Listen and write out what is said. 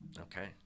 Okay